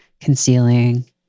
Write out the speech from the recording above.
concealing